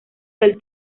del